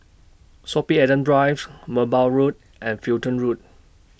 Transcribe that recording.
Sorby Adams Drive Merbau Road and Fulton Road